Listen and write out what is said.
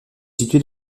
située